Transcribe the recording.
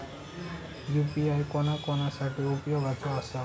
UPI कोणा कोणा साठी उपयोगाचा आसा?